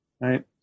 right